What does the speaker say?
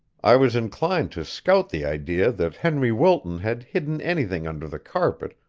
i was inclined to scout the idea that henry wilton had hidden anything under the carpet,